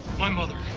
my mother.